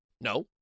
No